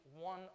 one